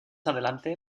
adelante